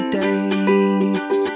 dates